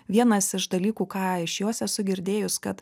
vienas iš dalykų ką iš jos esu girdėjus kad